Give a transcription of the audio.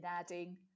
adding